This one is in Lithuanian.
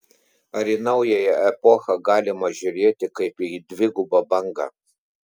ar į naująją epochą galima žiūrėti kaip į dvigubą bangą